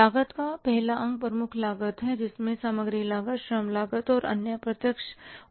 लागत का पहला अंग प्रमुख लागत है जिसमें सामग्री लागत श्रम लागत और अन्य प्रत्यक्ष ओवरहेड शामिल हैं